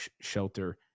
shelter